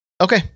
okay